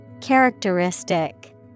Characteristic